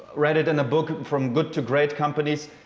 read it in a book, from good to great companies.